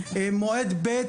מועד ב',